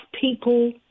people